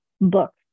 books